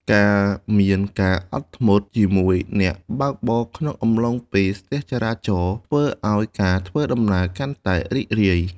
ការមានការអត់ធ្មត់ជាមួយអ្នកបើកបរក្នុងអំឡុងពេលស្ទះចរាចរណ៍ ធ្វើឱ្យការធ្វើដំណើរកាន់តែរីករាយ។